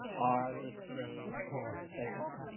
are the same thing.